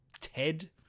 Ted